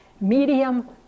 medium